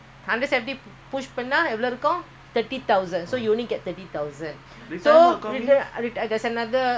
retirement once go to the retirement account got sixty five years old lah every month they give you salary from there they'll give you